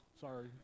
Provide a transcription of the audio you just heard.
Sorry